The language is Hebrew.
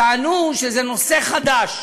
טענו שזה נושא חדש,